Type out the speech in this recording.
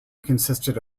consisted